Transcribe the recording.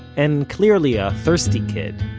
and clearly a thirsty kid,